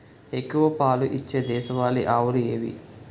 ఎక్కువ పాలు ఇచ్చే దేశవాళీ ఆవులు ఏవి?